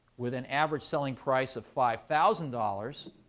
with an average selling price of five thousand dollars,